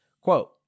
Quote